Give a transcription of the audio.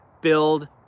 Build